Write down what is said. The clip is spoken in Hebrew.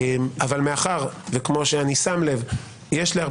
אבל מאחר שכמו שאני שם לב יש לאנשים